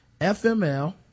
fml